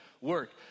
work